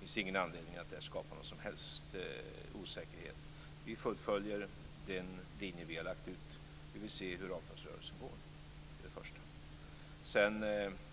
finns ingen anledning att skapa någon som helst osäkerhet. Vi fullföljer den linje som vi har lagt ut. Vi vill se hur avtalsrörelsen går. Det är det första.